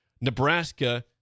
Nebraska